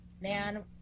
man